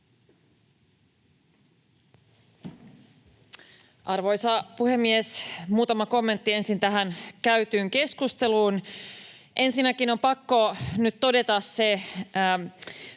Arvoisa puhemies! Muutama kommentti ensin tähän käytyyn keskusteluun. Ensinnäkin on pakko nyt todeta